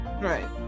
Right